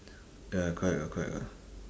ya correct ah correct ah